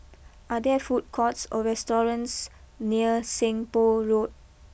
are there food courts or restaurants near Seng Poh Road